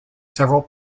several